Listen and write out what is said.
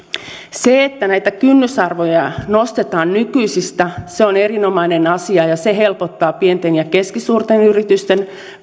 se että näitä kynnysarvoja nostetaan nykyisistä on erinomainen asia ja ja se helpottaa pienten ja keskisuurten yritysten